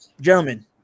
gentlemen